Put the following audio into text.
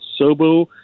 sobo